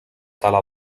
tala